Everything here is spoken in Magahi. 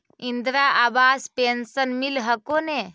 इन्द्रा आवास पेन्शन मिल हको ने?